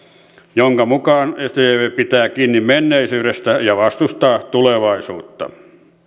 jonka mukaan sdp pitää kiinni menneisyydestä ja vastustaa tulevaisuutta